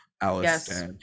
Alice